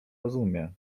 rozumie